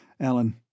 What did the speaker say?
Alan